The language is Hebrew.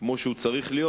כמו שהוא צריך להיות,